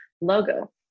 logo